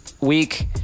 week